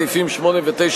סעיפים 8 ו-9,